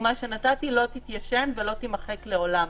בדוגמה שנתתי לא תתיישן ולא תימחק לעולם.